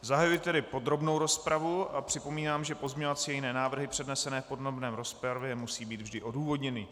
Zahajuji tedy podrobnou rozpravu a připomínám, že pozměňovací a jiné návrhy přednesené v podrobné rozpravě musí být vždy odůvodněny.